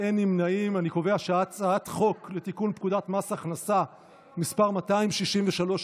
חוק לתיקון פקודת מס הכנסה (מס' 263),